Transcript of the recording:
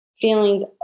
feelings